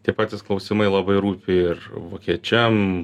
tie patys klausimai labai rūpi ir vokiečiam